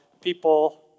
people